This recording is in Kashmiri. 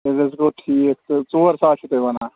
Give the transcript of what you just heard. تیٚلہِ حظ گوٚو ٹھیٖک تہٕ ژور ساس چھِو تُہۍ وَنان